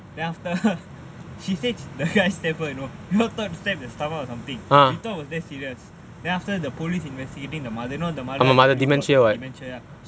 then after she said the guy stab her you know stab her in the stomach or something we thought was that serious then after the police investigating the mother you know the mother I told you got dementia